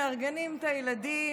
מארגנים את הילדים,